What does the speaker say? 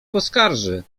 poskarży